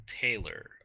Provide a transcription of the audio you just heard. taylor